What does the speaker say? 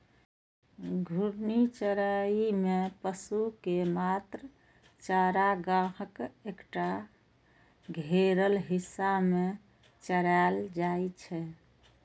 घूर्णी चराइ मे पशु कें मात्र चारागाहक एकटा घेरल हिस्सा मे चराएल जाइ छै